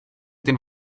den